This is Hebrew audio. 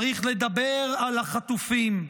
צריך לדבר על החטופים.